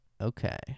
Okay